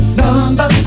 number